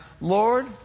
Lord